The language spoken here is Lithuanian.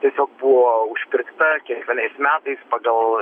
tiesiog buvo užpirkta kiekvienais metais pagal